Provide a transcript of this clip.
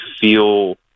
feel